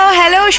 hello